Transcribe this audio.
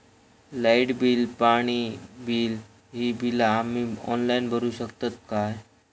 Light bill, पाणी bill, ही बिला आम्ही ऑनलाइन भरू शकतय का?